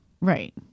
right